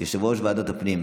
יושב-ראש ועדת הפנים,